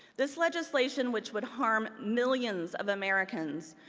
this legislation, which would harm millions of americans,